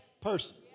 person